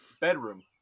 bedroom